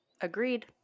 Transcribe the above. Agreed